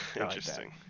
interesting